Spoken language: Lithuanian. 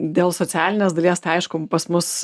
dėl socialinės dalies tai aišku pas mus